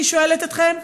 אני שואלת אתכם.